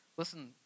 Listen